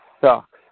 sucks